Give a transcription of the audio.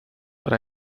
but